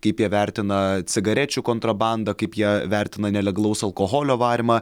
kaip ją vertina cigarečių kontrabandą kaip ją vertina nelegalaus alkoholio varymą